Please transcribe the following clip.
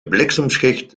bliksemschicht